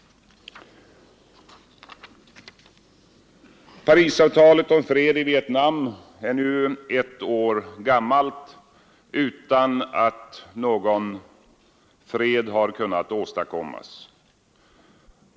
Parisavtalet om fred i Vietnam är nu ett år gammalt utan att någon fred kunnat åstadkommas.